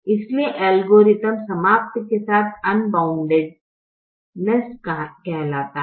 इसलिए एल्गोरिथ्म समाप्त के साथ अनबाउंडनेस कहलाता है